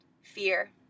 fear